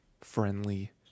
friendly